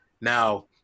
Now